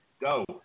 Go